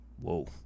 Whoa